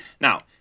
Now